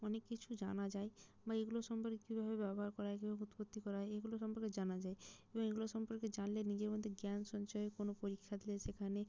অনেক কিছু জানা যায় বা এইগুলো সম্পর্কে কীভাবে ব্যবহার করা হয় কীভাবে উৎপত্তি করা হয় এইগুলো সম্পর্কে জানা যায় এবং এগুলো সম্পর্কে জানলে নিজের মধ্যে জ্ঞান সঞ্চয়ের কোনও পরীক্ষা দিলে সেখানে